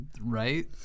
right